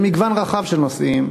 במגוון רחב של נושאים,